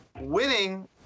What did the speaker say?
winning